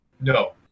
No